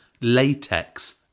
latex